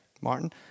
Martin